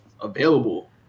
available